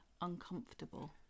uncomfortable